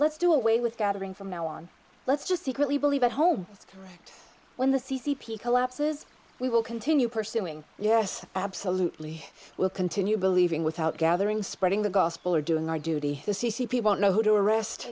let's do away with gathering from now on let's just secretly believe at home when the c c p collapses we will continue pursuing yes absolutely will continue believing without gathering spreading the gospel or doing our duty the c c p won't know who to arrest